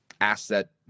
asset